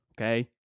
Okay